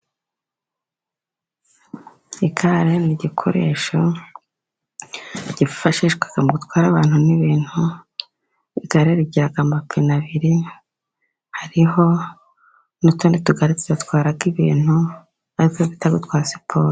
Igare ni igikoresho cyifashishwa mu gutware abantu n'ibintu. Rigira amapine abiri, hariho n'utundi tugare tudara ibintu twitwa siporo.